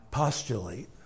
Postulate